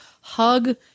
Hug